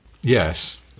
yes